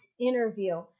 interview